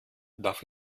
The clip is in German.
darf